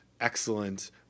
excellent